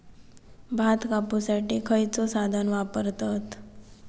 भात कापुसाठी खैयचो साधन वापरतत?